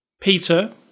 Peter